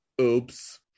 oops